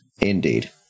Indeed